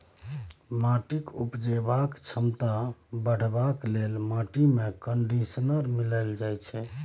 माटिक उपजेबाक क्षमता बढ़ेबाक लेल माटिमे कंडीशनर मिलाएल जाइत छै